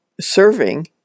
serving